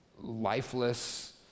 lifeless